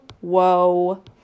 whoa